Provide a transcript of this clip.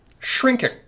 Shrinking